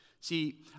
See